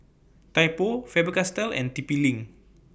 Typo Faber Castell and T P LINK